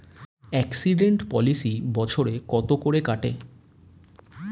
Accident policy বছরে কত করে কাটে?